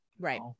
right